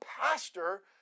pastor